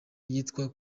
yitwa